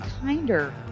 kinder